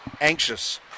anxious